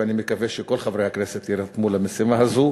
ואני מקווה שכל חברי הכנסת יירתמו למשימה הזאת.